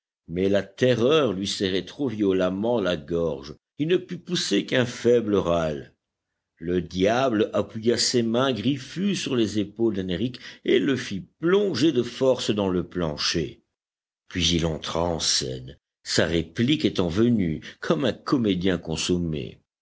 mais la terreur lui serrait trop violemment la gorge il ne put pousser qu'un faible râle le diable appuya ses mains griffues sur les épaules d'henrich et le fit plonger de force dans le plancher puis il entra en scène sa réplique étant venue comme un comédien consommé